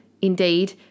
indeed